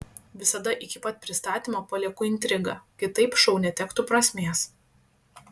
visada iki pat pristatymo palieku intrigą kitaip šou netektų prasmės